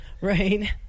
Right